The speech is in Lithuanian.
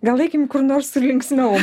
gal eikim kur nors linksmiau